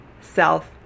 self